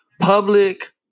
public